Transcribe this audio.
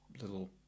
little